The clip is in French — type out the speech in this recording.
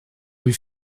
rue